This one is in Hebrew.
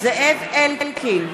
זאב אלקין,